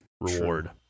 reward